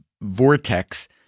vortex